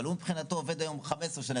אבל הוא מבחינתו עובד היום 15 שנה,